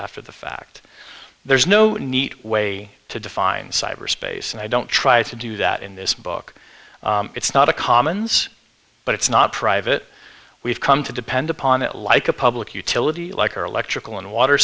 after the fact there's no neat way to define cyberspace and i don't try to do that in this book it's not a commons but it's not private we've come to depend upon it like a public utility like our electrical and water